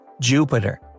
Jupiter